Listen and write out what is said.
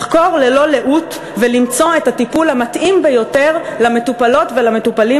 לחקור ללא לאות ולמצוא את הטיפול המתאים ביותר למטופלות ולמטופלים,